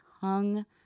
hung